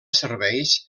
serveis